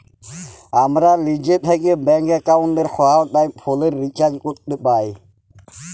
আমরা লিজে থ্যাকে ব্যাংক এক্কাউন্টের সহায়তায় ফোলের রিচাজ ক্যরতে পাই